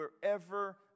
wherever